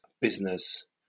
business